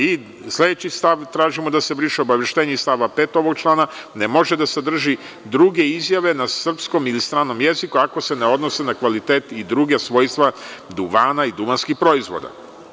I sledeći stav tražimo da se briše – obaveštenje iz stava 5. ovog člana ne može da sadrži druge izjave na srpskom ili stranom jeziku, ako se ne odnose na kvalitet i druga svojstva duvana i duvanskih proizvoda.